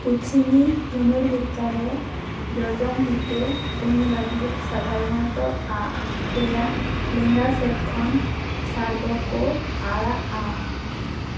ᱯᱚᱪᱷᱤᱢᱤ ᱫᱷᱚᱱᱩᱨ ᱵᱤᱫᱽᱫᱟᱨᱮ ᱡᱚᱡᱚᱢ ᱛᱤᱛᱮ ᱛᱩᱧ ᱞᱟᱹᱜᱤᱫ ᱥᱟᱫᱷᱟᱨᱚᱱᱚᱛᱚ ᱟᱸᱜ ᱨᱮᱭᱟᱜ ᱞᱮᱸᱜᱟ ᱥᱮᱫ ᱠᱷᱚᱱ ᱥᱟᱨ ᱫᱚᱠᱚ ᱟᱲᱟᱜᱟ